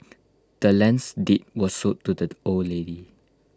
the land's deed was sold to the old lady